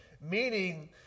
Meaning